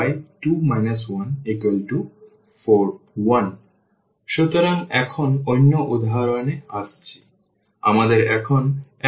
x1 1 y2 1 4 1 সুতরাং এখন অন্য উদাহরণে আসছি